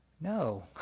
No